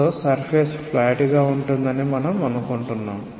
కాబట్టి surface flat గా ఉంటుందని మనం అనుకుంటున్నాము